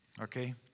okay